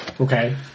Okay